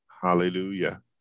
Hallelujah